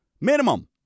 minimum